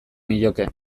nioke